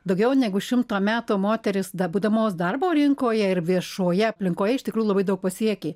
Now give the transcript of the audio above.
daugiau negu šimto metų moterys da būdamos darbo rinkoje ir viešoje aplinkoje iš tikrųjų labai daug pasiekė